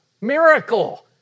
Miracle